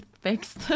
fixed